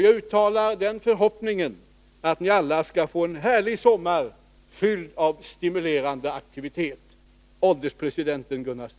Jag uttalar till sist förhoppningen att ni alla skall få en härlig sommar, fylld av stimulerande aktivitet.